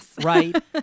Right